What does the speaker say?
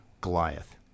Goliath